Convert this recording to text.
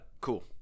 Cool